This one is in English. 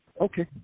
Okay